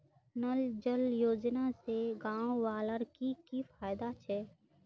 नल जल योजना से गाँव वालार की की फायदा छे?